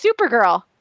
supergirl